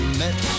met